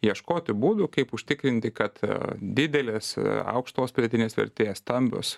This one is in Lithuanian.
ieškoti būdų kaip užtikrinti kad didelės aukštos pridėtinės vertės stambios